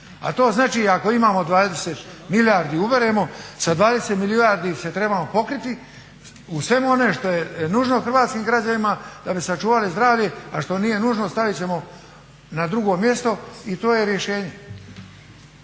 A to znači ako imamo 20 milijardi uberemo, sa 20 milijardi se trebamo pokriti u svemu onom što je nužno hrvatskim građanima da bi sačuvali zdravlje, a što nije nužno ostavit ćemo na drugo mjesto i to je rješenje.